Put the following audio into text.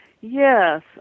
Yes